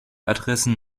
adressen